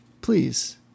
please